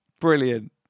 Brilliant